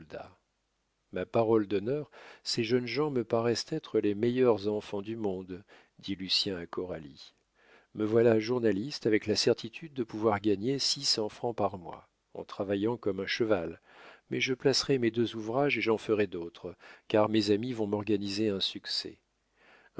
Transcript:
ma parole d'honneur ces jeunes gens me paraissent être les meilleurs enfants du monde dit lucien à coralie me voilà journaliste avec la certitude de pouvoir gagner six cents francs par mois en travaillant comme un cheval mais je placerai mes deux ouvrages et j'en ferai d'autres car mes amis vont m'organiser un succès